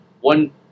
one